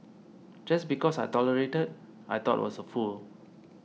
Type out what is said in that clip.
just because I tolerated I thought was a fool